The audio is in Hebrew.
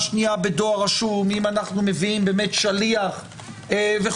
שנייה בדואר רשום אם אנחנו מביאים באמת שליח וכולי,